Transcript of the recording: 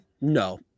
no